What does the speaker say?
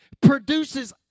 produces